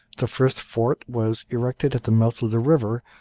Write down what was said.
the first fort was erected at the mouth of the river,